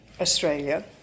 Australia